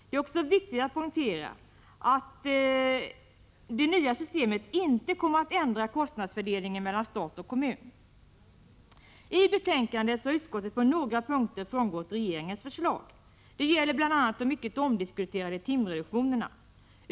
Det är också viktigt att poängtera att det nya systemet inte kommer att ändra kostnadsfördelningen mellan stat och kommun. 175 I betänkandet har utskottet på några punkter frångått regeringens förslag. Det gäller bl.a. de mycket omdiskuterade timreduktionerna.